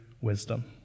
wisdom